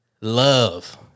love